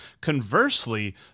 Conversely